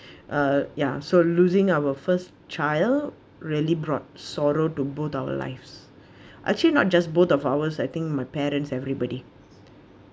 uh ya so losing our first child really brought sorrow to both our lives actually not just both of ours I think my parents everybody